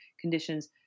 conditions